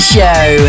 Show